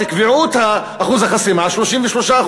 תקבעו את אחוז החסימה 33%,